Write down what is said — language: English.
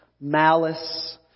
malice